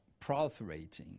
proliferating